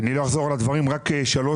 אני לא אחזור על הדברים שנאמרו אלא אעיר שלוש